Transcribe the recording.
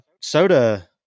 soda